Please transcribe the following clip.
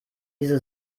diese